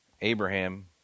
Abraham